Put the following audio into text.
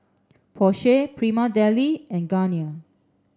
Porsche Prima Deli and Garnier